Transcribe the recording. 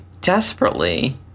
desperately